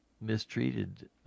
mistreated